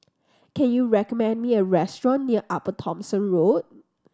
can you recommend me a restaurant near Upper Thomson Road